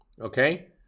okay